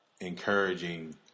encouraging